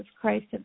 Christ